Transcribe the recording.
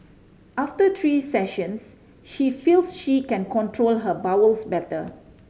after three sessions she feels she can control her bowels better